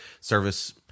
service